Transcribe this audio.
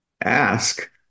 ask